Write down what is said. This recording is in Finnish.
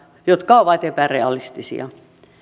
jotka ovat epärealistisia